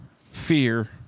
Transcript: fear